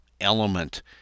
element